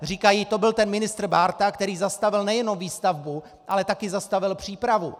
Říkají: To byl ten ministr Bárta, který zastavil nejenom výstavbu, ale také zastavil přípravu.